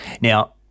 Now-